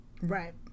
Right